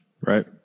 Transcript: Right